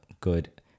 good